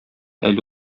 әле